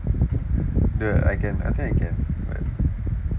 dude I can I think I can but